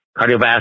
cardiovascular